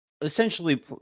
essentially